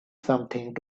something